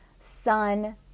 sun